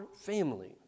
family